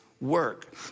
work